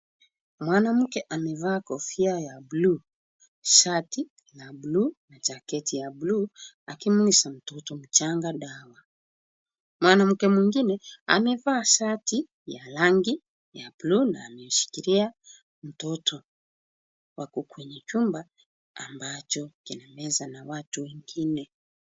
Mwanamke amevaa kofia ya buluu, shati la buluu na jaketi ya buluu akiumisha mtoto mchanga dawa. Mwanamke mwingine amevaa shati ya rangi ya buluu na amemshikilia mtoto. Wako kwenye chumba ambacho kina meza na watu wengine.